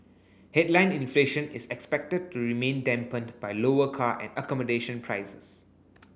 headline inflation is expected to remain dampened by lower car and accommodation prices